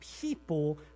people